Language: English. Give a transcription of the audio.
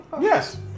Yes